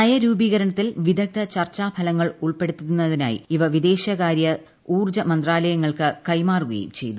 നയരൂപീകരണത്തിൽ വിദഗ്ദ്ധ ചർച്ചാഫലങ്ങൾ ഉൾപ്പെടുത്താനായി ഇവ വിദേശകാര്യ ഊർജ്ജമന്ത്രാലയങ്ങൾക്ക് കൈമാറുകയും ചെയ്തു